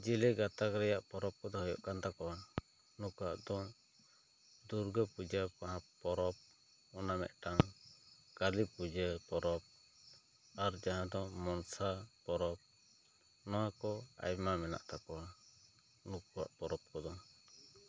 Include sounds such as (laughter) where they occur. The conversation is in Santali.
ᱡᱮᱞᱮ ᱜᱟᱛᱟᱠ ᱨᱮᱭᱟᱜ ᱯᱚᱨᱚᱰᱽ ᱠᱚ ᱫᱚ ᱦᱩᱭᱩᱜ ᱠᱟᱱ ᱛᱟᱠᱚᱣᱟ ᱱᱩᱠᱩᱣᱟᱜ ᱛᱩᱢ (unintelligible) ᱫᱩᱨᱜᱟᱹ ᱯᱩᱡᱟᱹ ᱢᱟᱦᱟ ᱯᱚᱨᱚᱵᱽ ᱚᱱᱟ ᱢᱤᱫᱴᱟᱱ ᱠᱟᱹᱞᱤ ᱯᱩᱡᱟ ᱯᱚᱨᱚᱵᱽ ᱟᱨ ᱡᱟᱦᱟᱸ ᱫᱚ ᱢᱚᱱᱥᱟ ᱯᱚᱨᱚᱵᱽ ᱱᱚᱣᱟ ᱠᱚ ᱟᱭᱢᱟ ᱢᱮᱱᱟᱜ ᱛᱟᱠᱚᱣᱟ ᱱᱩᱠᱩᱣᱟᱜ ᱯᱚᱨᱚᱵᱽ ᱠᱚ ᱫᱚ